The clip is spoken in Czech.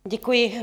Děkuji.